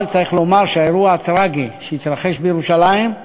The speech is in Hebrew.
אבל צריך לומר שהאירוע הטרגי שהתרחש בירושלים,